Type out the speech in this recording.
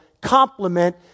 complement